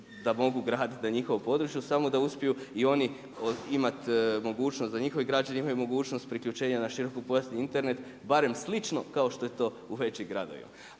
da mogu graditi na njihovom području, samo da uspiju i oni imati mogućnosti, da njihovi građani imaju mogućnost priključenja na širokopojasni Internet, barem slično kao što je to u većim gradovima.